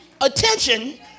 attention